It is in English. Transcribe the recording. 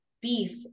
beef